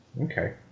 Okay